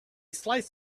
slice